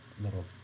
little